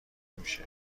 میشه